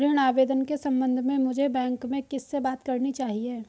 ऋण आवेदन के संबंध में मुझे बैंक में किससे बात करनी चाहिए?